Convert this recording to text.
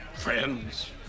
friends